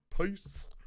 Peace